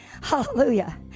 hallelujah